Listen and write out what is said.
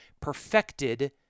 perfected